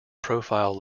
profile